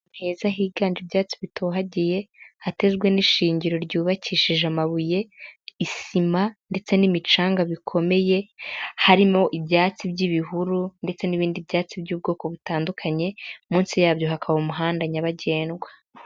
Ahantu heza higanje ibyatsi bitohagiye hatezwe n'ishingiro ryubakishije amabuye, isima, ndetse n'imicanga bikomeye, harimo ibyatsi by'ibihuru ndetse n'ibindi byatsi by'ubwoko butandukanye. Munsi yabyo hakaba umuhanda nyabagendwa.